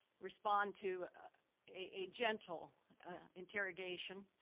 respond to a gentle interrogation,